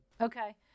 okay